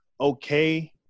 okay